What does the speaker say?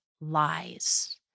lies